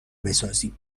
بسازیم